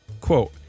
Quote